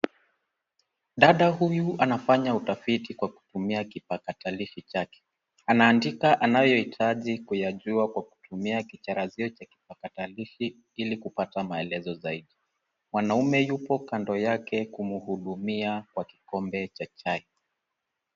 Dada huyu anafanya utafiti kwa kutumia kipakatalishi chake. Anaandika anayohitaji kuyajua kwa kutumia kicharazio cha kipakatalishi ilikupata maelezo zaidi. Mwanaume yupo kando yake kumhudumia kwa kikombe cha chai.